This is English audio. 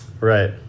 right